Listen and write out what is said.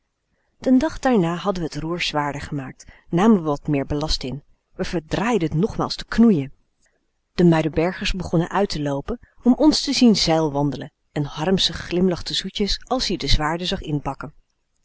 den dag daarna hadden we het roer zwaarder gemaakt namen wat meer ballast in we verdraaiden t nogmaals te k n o e i e n de muiderbergers begonnen uit te loopen om ons te zien zeilwandelen en armsen glimlachte zoetjes als-ie de zwaarden zag inpakken